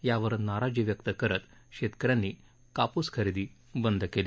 यावर नाराजी व्यक्त करत शेतकऱ्यांनी काप्स खरेदी बंद केली